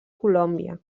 colòmbia